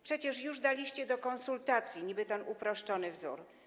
Przecież już daliście do konsultacji niby ten uproszczony wzór.